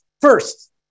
first